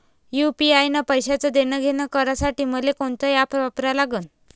UPI न पैशाचं देणंघेणं करासाठी मले कोनते ॲप वापरा लागन?